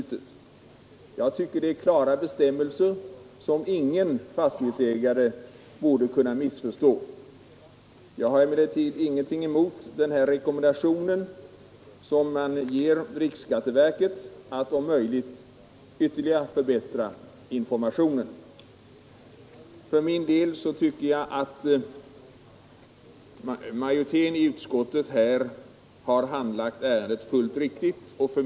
Enligt min mening är det klara bestämmelser, som ingen fastighetsägare borde kunna missförstå. Givetvis har jag trots detta ingenting emot rekommendationen till riksskatteverket att om möjligt ytterligare förbättra informationen. För min del tycker jag att majoriteten i utskottet har handlagt ärendet fullt riktigt.